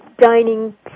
dining